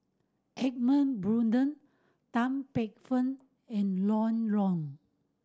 Edmund Blundell Tan Paey Fern and Ron Wong